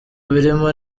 birimo